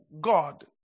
God